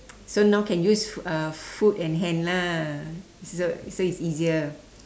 so now can use uh food and hand lah so so it's easier